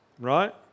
right